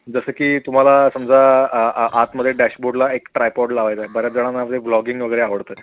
जसं की तुम्हाला समजा आतमध्ये डॅशबोर्डला एक ट्रायपॉड लावायचा आहे बऱ्याच जणांना ब्लॉगिंग वगैरे आवडतं